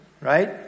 right